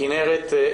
כנרת,